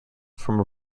from